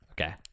Okay